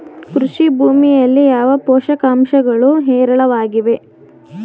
ಕೃಷಿ ಭೂಮಿಯಲ್ಲಿ ಯಾವ ಪೋಷಕಾಂಶಗಳು ಹೇರಳವಾಗಿವೆ?